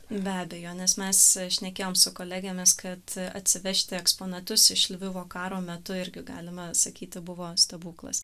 be abejonės mes šnekėjom su kolegėmis kad atsivežti eksponatus iš lvivo karo metu irgi galime sakyti buvo stebuklas